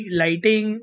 lighting